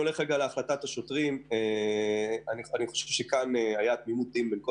לגבי עניין השוטרים: כאן הייתה תמימות דעים בין כל